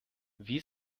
wie